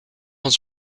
ons